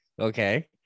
Okay